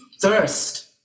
thirst